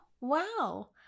Wow